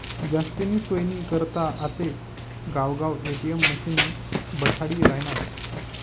जास्तीनी सोयनी करता आते गावगाव ए.टी.एम मशिने बठाडी रायनात